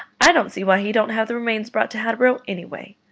i don't see why he don't have the remains brought to hatboro', anyway.